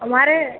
हमारे